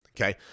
okay